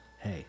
hey